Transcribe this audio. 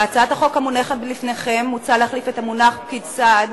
בהצעת החוק המונחת לפניכם מוצע להחליף את המונח "פקיד סעד"